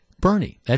Bernie